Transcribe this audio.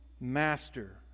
master